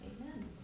amen